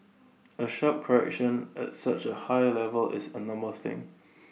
A sharp correction at such A high level is A normal thing